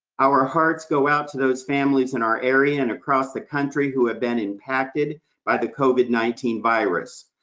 our hearts go out to those families in our area and across the country who have been impacted by the covid nineteen virus,